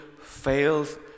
fails